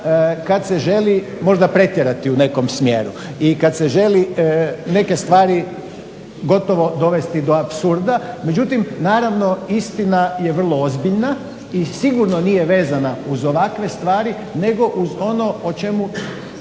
kad se želi možda pretjerati u nekom smjeru i kad se želi neke stvari gotovo dovesti do apsurda. Međutim naravno, istina je vrlo ozbiljna i sigurno nije vezana uz ovakve stvari nego uz ono o čemu